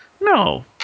No